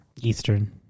Eastern